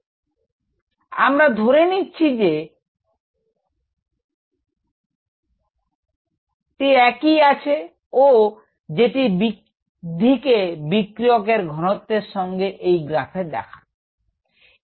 𝑟𝑥 𝜇 𝑥 আমরা ধরে নিচ্ছি একই আছে ও যেটি বৃদ্ধিকে বিক্রিয়কের ঘনত্বের সঙ্গে এই গ্রাফে দেখাবে